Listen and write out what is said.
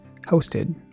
Hosted